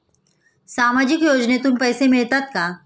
सामाजिक योजनेतून पैसे मिळतात का?